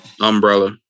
Umbrella